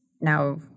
now